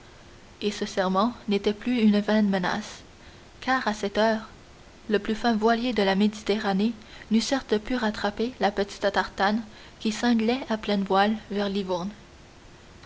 et ce serment n'était plus une vaine menace car à cette heure le plus fin voilier de la méditerranée n'eût certes pu rattraper la petite tartane qui cinglait à pleines voiles vers livourne